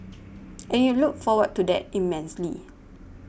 and you look forward to that immensely